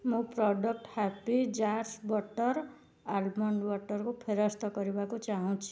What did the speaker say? ମୁଁ product happy jars butter almond ବଟର୍କୁ ଫେରସ୍ତ କରିବାକୁ ଚାହୁଁଛି